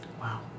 Wow